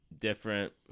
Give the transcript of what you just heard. different